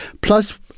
plus